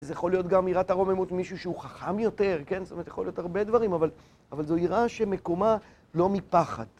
זה יכול להיות גם יראה הרוממות מישהו שהוא חכם יותר, כן, זאת אומרת, יכול להיות הרבה דברים, אבל זו יראה שמקומה לא מפחד.